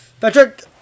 patrick